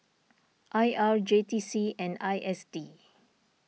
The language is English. I R J T C and I S D